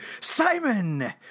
Simon